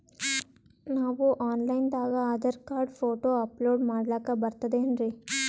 ನಾವು ಆನ್ ಲೈನ್ ದಾಗ ಆಧಾರಕಾರ್ಡ, ಫೋಟೊ ಅಪಲೋಡ ಮಾಡ್ಲಕ ಬರ್ತದೇನ್ರಿ?